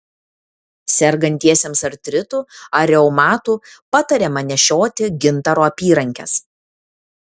sergantiesiems artritu ar reumatu patariama nešioti gintaro apyrankes